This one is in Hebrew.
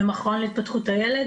במכון להתפחות הילד.